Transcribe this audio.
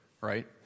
right